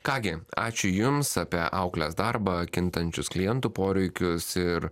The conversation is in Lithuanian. ką gi ačiū jums apie auklės darbą kintančius klientų poreikius ir